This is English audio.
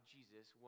Jesus